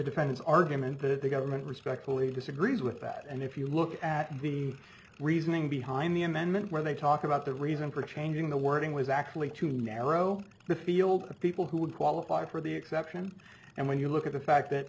depends argument but the government respectfully disagrees with that and if you look at the reasoning behind the amendment where they talk about the reason for changing the wording was actually to narrow the field of people who would qualify for the exception and when you look at the fact that